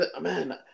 Man